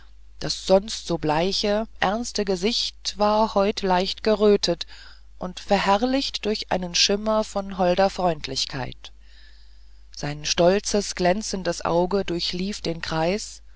das sonst so bleiche ernste gesicht war heut leicht gerötet und verherrlicht durch einen schimmer von holder freundlichkeit sein stolzes glänzendes auge durchlief den kreis